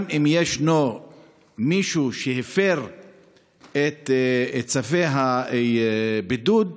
גם אם ישנו מישהו שהפר את צווי הבידוד,